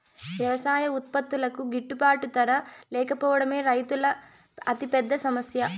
వ్యవసాయ ఉత్పత్తులకు గిట్టుబాటు ధర లేకపోవడమే రైతుల అతిపెద్ద సమస్య